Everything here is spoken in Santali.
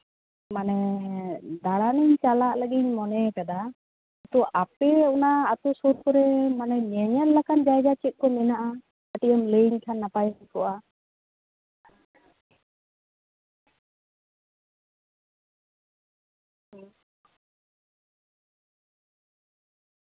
ᱢᱟᱱᱮ ᱫᱟᱬᱟᱱᱤᱧ ᱪᱟᱞᱟᱜ ᱞᱟᱹᱜᱤᱫ ᱤᱧ ᱢᱚᱱᱮᱭ ᱠᱟᱫᱟ ᱟᱫᱚ ᱟᱯᱮ ᱚᱱᱟ ᱟᱛᱳ ᱥᱩᱨ ᱠᱚᱨᱮ ᱢᱟᱱᱮ ᱧᱮᱧᱮᱞ ᱞᱮᱠᱟᱱ ᱡᱟᱭᱜᱟ ᱪᱮᱫ ᱠᱚ ᱢᱮᱱᱟᱜᱼᱟ ᱠᱟᱹᱴᱤᱡ ᱮᱢ ᱞᱟᱹᱭᱟᱹᱧ ᱠᱷᱟᱱ ᱱᱟᱯᱟᱭ ᱠᱚᱜᱼᱟ